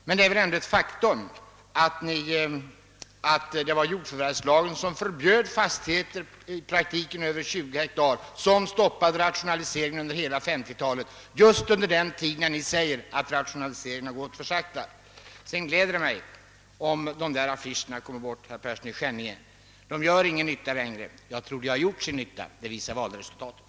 Och det är väl ett faktum, att det var jordförvärvslagens bestämmelser beträffande fastigheter på över 20 hektar som fördröjde rationaliseringen under hela 1950-talet, just under den tid då ni anser att rationaliseringen gick för långsamt. Det gläder mig om de affischer kommer bort, som herr Persson i Skänninge talade om. De gör ingen nytta längre, men att de har gjort detta tidigare visar valresultatet.